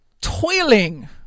toiling